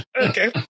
Okay